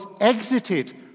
exited